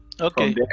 Okay